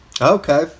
Okay